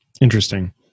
Interesting